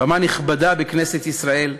במה נכבדה בכנסת ישראל,